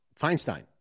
Feinstein